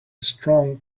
strong